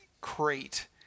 crate